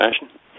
fashion